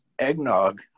eggnog